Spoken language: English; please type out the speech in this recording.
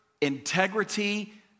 integrity